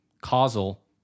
causal